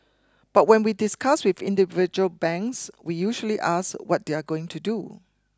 but when we discuss with individual banks we usually ask what they are going to do